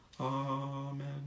Amen